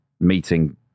meeting